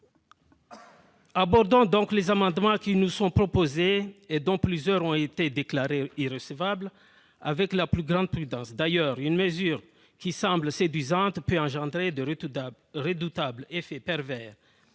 Abordons donc les amendements qui nous sont proposés- et dont plusieurs ont été déclarés irrecevables -avec la plus grande prudence. D'ailleurs, une mesure qui semble séduisante peut engendrer de redoutables effets pervers.